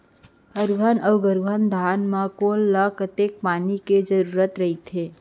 हरहुना अऊ गरहुना धान म कोन ला कतेक पानी के जरूरत रहिथे?